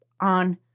on